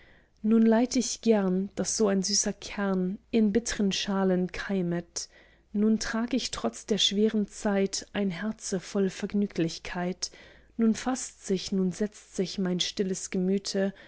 nun leid ich gern da so ein süßer kern in bittern schalen keimet nun trag ich trotz der schweren zeit ein herze voll vergnüglichkeit nun faßt sich nun setzt sich mein stilles gemüte